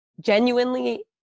genuinely